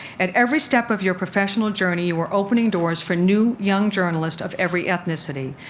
at every step of your professional journey, you were opening doors for new, young journalists of every ethnicity.